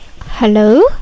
Hello